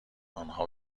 آنها